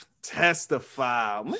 Testify